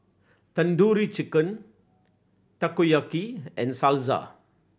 Tandoori Chicken Takoyaki and Salsa